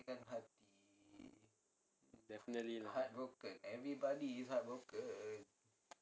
definitely lah